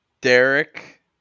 Derek